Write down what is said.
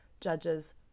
judges